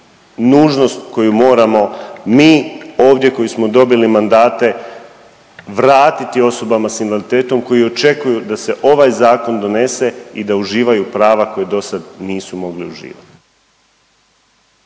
nužnost koju moramo mi ovdje koji smo dobili mandate vratiti osobama s invaliditetom koji očekuju da se ovaj zakon donese i da uživaju prava koja dosad nisu mogli uživat.